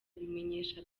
abimenyesha